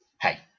hey